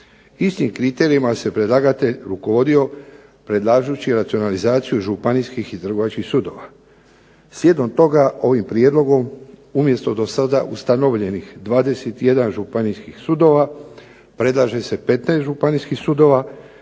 Istim kriterijima se predlagatelj rukovodio predlažući racionalizaciju županijskih i trgovačkih sudova. Slijedom toga ovim prijedlogom umjesto do sada ustanovljenih 21 županijskih sudova predlaže se 15 županijskih sudova